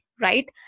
right